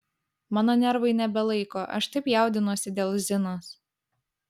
mano nervai nebelaiko aš taip jaudinuosi dėl zinos